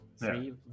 Three